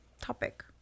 topic